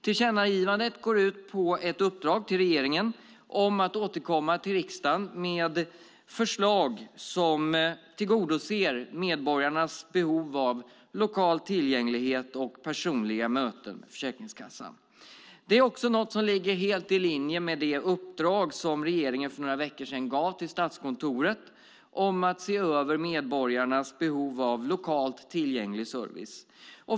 Tillkännagivandet går ut på ett uppdrag till regeringen om att återkomma till riksdagen med förslag som tillgodoser medborgarnas behov av lokal tillgänglighet och personliga möten med Försäkringskassan. Det är något som ligger helt i linje med det uppdrag som regeringen för några veckor sedan gav till Statskontoret om att se över medborgarnas behov av lokalt tillgänglig service.